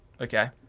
Okay